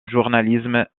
journalisme